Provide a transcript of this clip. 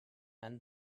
and